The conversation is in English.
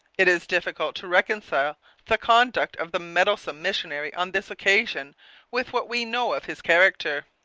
it is difficult to reconcile the conduct of the meddlesome missionary on this occasion with what we know of his character.